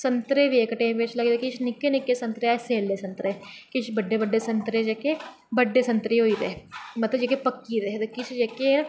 ते संतरे बी किश निक्के संतरे न सैल्ले संतरे किश बड्डे बड्डे संतरे जेह्के बड्डे होई गेदे मतलब जेह्के पकी गेदे ते किश जेह्के ऐ